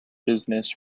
business